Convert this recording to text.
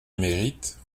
émérite